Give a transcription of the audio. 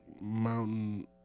mountain